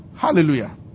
Hallelujah